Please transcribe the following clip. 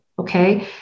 okay